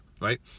right